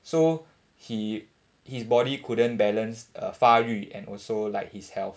so he his body couldn't balance uh 发育 and also like his health